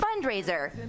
fundraiser